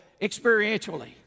experientially